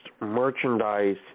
merchandise